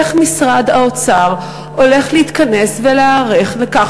איך משרד האוצר הולך להתכנס ולהיערך לכך